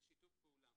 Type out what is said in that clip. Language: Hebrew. זה שיתוף פעולה.